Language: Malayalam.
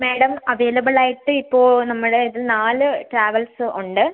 മാഡം അവൈലബിൾ ആയിട്ട് ഇപ്പോൾ നമ്മുടെ നാല് ട്രാവൽസ് ഉണ്ട്